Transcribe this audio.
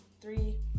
Three